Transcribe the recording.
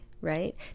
right